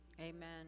Amen